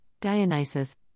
Dionysus